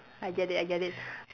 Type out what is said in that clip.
I get it I get it